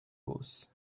was